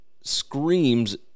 screams